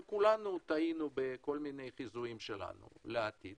אבל כולנו טעינו בחיזויים לעתיד